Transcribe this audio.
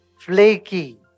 Flaky